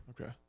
Okay